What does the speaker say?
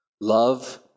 Love